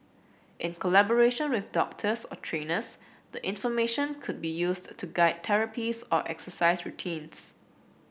in collaboration with doctors or trainers the information could be used to guide therapies or exercise routines